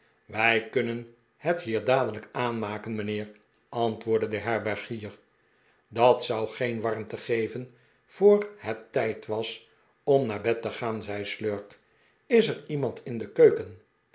wij kunnen het hier dadelijk aanmaken mijnheer antwoordde de herbergier dat zou geen warmte geven voor het tijd was om naar bed te gaan zei slurk is er iemand in de keuken